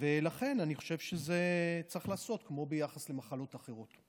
ולכן אני חושב שצריך לעשות את זה כמו ביחס למחלות אחרות.